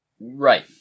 Right